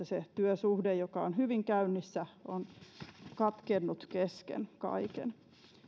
se työsuhde joka on hyvin käynnissä on katkennut kesken kaiken